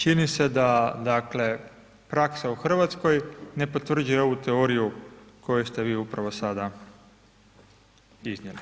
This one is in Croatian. Čini se, čini se da dakle praksa u Hrvatskoj ne potvrđuje ovu teoriju koju ste vi upravo sada iznijeli.